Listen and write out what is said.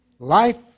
Life